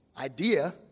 idea